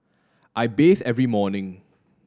I bathe every morning